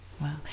wow